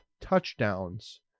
touchdowns